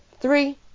Three